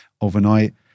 overnight